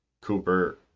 Cooper